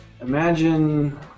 Imagine